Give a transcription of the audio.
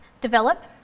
develop